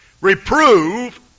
Reprove